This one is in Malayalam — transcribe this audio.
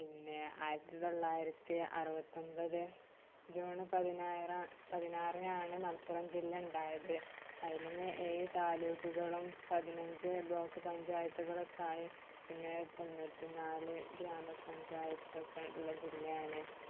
പിന്നെ ആയിരത്തി തൊള്ളായിരത്തി അറുപത്തൊമ്പത് ജൂൺ പതിനാറ് പതിനാറിനാണ് മലപ്പുറം ജില്ല ഉണ്ടായത് അതിൽ തന്നെ ഏഴ് താലൂക്കുകളും പതിനഞ്ച് ബ്ലോക്ക് പഞ്ചായത്തുകൾ ഒക്കെയായി പിന്നെ തൊണ്ണൂറ്റിനാല് ഗ്രാമ പഞ്ചായത്തൊക്കെ ഉള്ള ജില്ലയാണ്